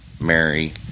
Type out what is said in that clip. Mary